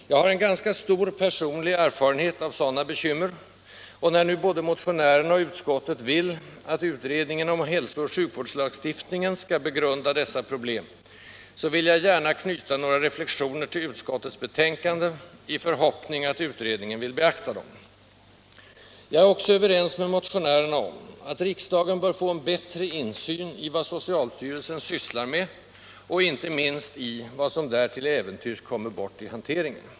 Jag har en ganska stor personlig erfarenhet av sådana bekymmer, och när nu både motionärerna och utskottet vill att utredningen om hälso och sjukvårdslagstiftningen skall begrunda dessa problem, så vill jag gärna knyta några reflexioner till utskottets betänkande i förhoppning att utredningen vill beakta dem. Jag är också överens med motionärerna om att riksdagen bör få en bättre insyn i vad socialstyrelsen sysslar med och inte minst i vad som där till äventyrs kommer bort i hanteringen.